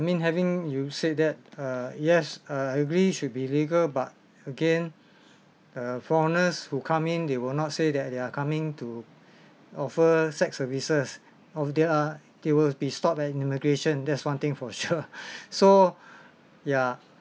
I mean having you said that uh yes uh agree should be legal but again the foreigners who come in they will not say that they are coming to offer sex services of their they will be stopped at immigration there's one thing for sure so yeah